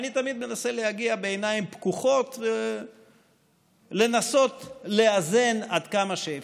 אני תמיד מנסה להגיע בעיניים פקוחות ולנסות לאזן עד כמה שאפשר.